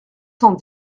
cent